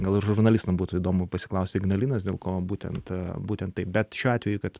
gal ir žurnalistam būtų įdomu pasiklausti ignalinos dėl ko būtent būtent taip bet šiuo atveju kad